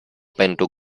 pentru